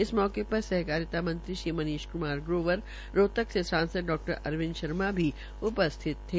इस मौके पर सहकारिता मंत्री श्री मनीष क्मार ग्रोवर रोहतक के सांसद डॉ अरविंद शर्मा भी उपस्थित थे